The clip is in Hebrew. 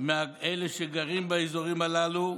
אלה שגרים באזורים הללו,